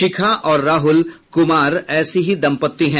शिखा और राहुल कुमार ऐसे ही दंपति हैं